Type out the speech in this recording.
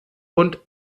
und